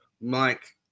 Mike